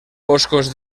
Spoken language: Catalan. boscos